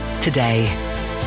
today